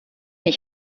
ich